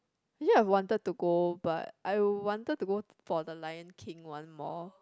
actually I wanted to go but I'll wanted to go for the lion-king one more